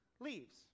leaves